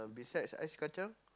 besides Ice Kacang